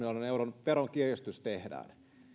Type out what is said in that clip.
euron veronkiristys tehdään